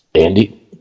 Andy